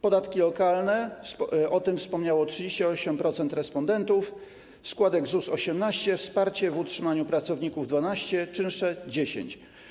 Podatki lokalne - o tym wspomniało 38% respondentów, składki ZUS - 18, wsparcie w utrzymaniu pracowników - 12, czynsze - 10.